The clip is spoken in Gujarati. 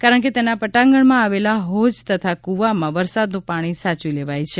કારણ કે તેના પટાંગણમાં આવેલા હોઝ તથા ક્રવમાં વરસાદનું પાણી સાચવી લેવાય છે